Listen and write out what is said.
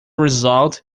result